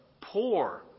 poor